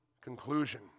conclusion